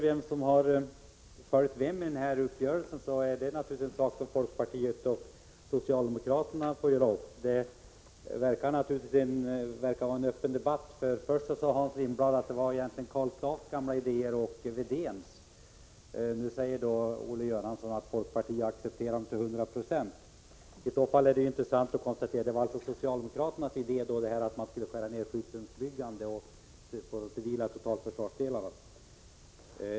Vem som följt vem i uppgörelsen är en sak som folkpartiet och socialdemokraterna får göra upp. Det verkar vara en öppen fråga. Först sade Hans Lindblad att det egentligen var Karl Staaffs och Wedéns idéer. Nu säger Olle Göransson att folkpartiet accepterat socialdemokraternas förslag till hundra procent. I så fall var det socialdemokraternas idé att skära ner på skyddsrumsbyggandet och på de civila totalförsvarsdelarna.